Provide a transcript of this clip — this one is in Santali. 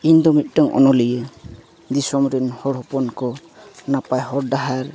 ᱤᱧ ᱫᱚ ᱢᱤᱫᱴᱟᱝ ᱚᱱᱚᱞᱤᱭᱟᱹ ᱫᱤᱥᱚᱢ ᱨᱮᱱ ᱦᱚᱲ ᱦᱚᱯᱚᱱ ᱠᱚ ᱱᱟᱯᱟᱭ ᱦᱚᱨ ᱰᱟᱦᱟᱨ